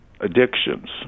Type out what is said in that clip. addictions